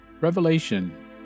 Revelation